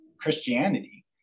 Christianity